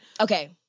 Okay